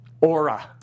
aura